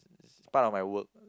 it's part of my work